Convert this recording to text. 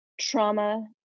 trauma